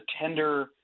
tender